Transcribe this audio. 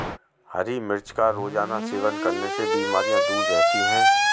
हरी मिर्च का रोज़ाना सेवन करने से बीमारियाँ दूर रहती है